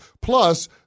Plus